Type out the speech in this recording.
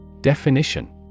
Definition